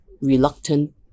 reluctant